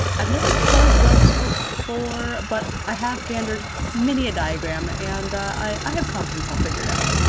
i've never tried welts before, but i have gandered many a diagram, and i have confidence i'll figure it out.